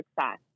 success